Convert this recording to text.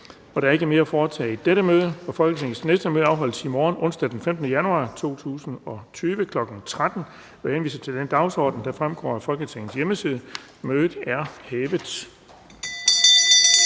Der er ikke mere at foretage i dette møde. Folketingets næste møde afholdes i morgen, onsdag den 15. januar 2020, kl. 13.00 Jeg henviser til den dagsorden, der fremgår af Folketingets hjemmeside. Mødet er hævet.